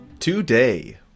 Today